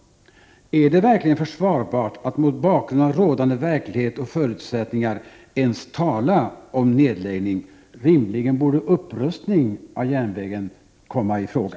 Är det verkligen försvarbart att mot bakgrund av rådande verklighet och förutsättningar ens tala om nedläggning? Egentligen borde upprustning av järnvägen komma i fråga.